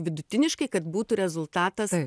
vidutiniškai kad būtų rezultatas